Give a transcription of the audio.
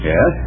Yes